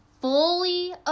fully